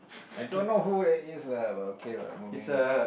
I don't know who that is lah but okay lah moving lah